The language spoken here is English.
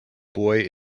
boy